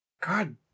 God